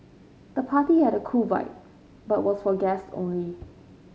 the party had a cool vibe but was for guests only